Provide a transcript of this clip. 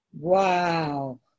Wow